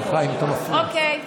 אוקיי.